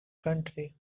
country